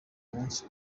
munsi